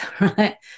right